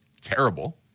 terrible